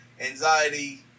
anxiety